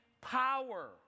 power